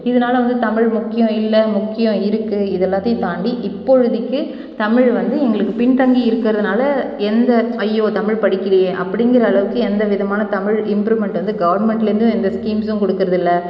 இதனால வந்து தமிழ் முக்கியம் இல்லை முக்கியம் இருக்குது இது எல்லாத்தையும் தாண்டி இப்பொழுதைக்கி தமிழ் வந்து எங்களுக்கு பின்தங்கி இருக்கிறதுனால எந்த ஐய்யோ தமிழ் படிக்கலையே அப்படிங்கிற அளவுக்கு எந்த விதமான தமிழ் இம்ப்ரூவ்மெண்ட் வந்து கவர்மெண்ட்லேருந்தும் எந்த ஸ்கீம்ஸும் கொடுக்கறது இல்லை